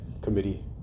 Committee